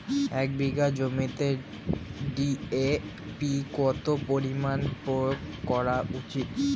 এক বিঘে জমিতে ডি.এ.পি কত পরিমাণ প্রয়োগ করা উচিৎ?